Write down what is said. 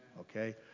Okay